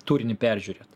turinį peržiūrėt